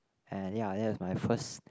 and ya that was my first